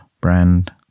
brand